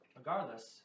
Regardless